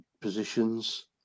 positions